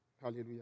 hallelujah